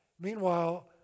meanwhile